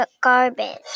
garbage